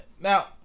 now